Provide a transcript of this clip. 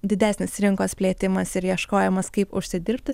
didesnis rinkos plėtimas ir ieškojimas kaip užsidirbti